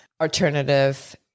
alternative